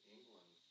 England